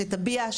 שתביע,